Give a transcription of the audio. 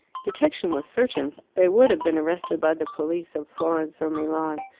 detection was certain they would have been arrested by the police of florence or milan,